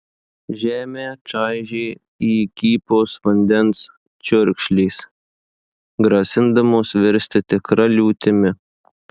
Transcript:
žemę čaižė įkypos vandens čiurkšlės grasindamos virsti tikra liūtimi